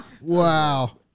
Wow